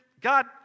God